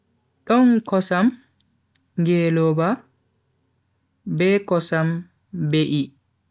Don kosam, Ngelooba, be kosam be'i.